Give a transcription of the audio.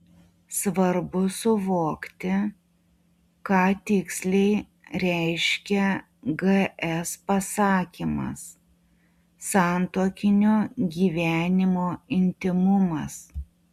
svarbu suvokti ką tiksliai reiškia gs pasakymas santuokinio gyvenimo intymumas